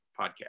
podcast